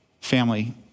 Family